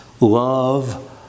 love